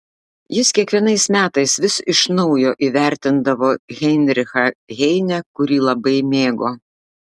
jis kiekvienais metais vis iš naujo įvertindavo heinrichą heinę kurį labai mėgo